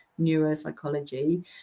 neuropsychology